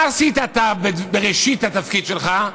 מה עשית אתה בראשית התפקיד שלך,